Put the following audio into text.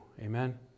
amen